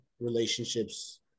relationships